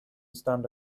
stand